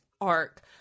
arc